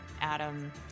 Adam